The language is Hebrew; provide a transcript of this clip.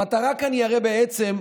המטרה כאן היא הרי בעצם,